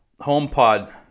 HomePod